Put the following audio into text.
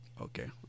Okay